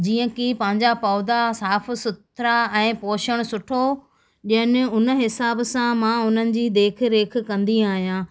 जीअं की पांजा पौधा साफ़ सुथरा ऐं पोषण सुठो ॾियनि उन हिसाब सां मां उन्हनि जी देख रेख कंदी आहियां